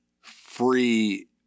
free